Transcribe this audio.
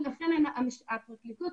ולכן הפרקליטות